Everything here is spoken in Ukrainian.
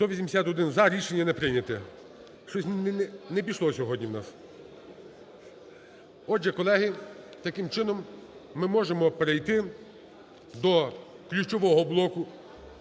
За-181 Рішення не прийнято. Щось не пішло сьогодні у нас. Отже, колеги, таким чином, ми можемо перейти до ключового блоку